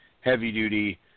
Heavy-duty